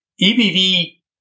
EBV